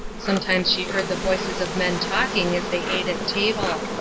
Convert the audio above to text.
sometimes she heard the voices of men talking as they ate at table.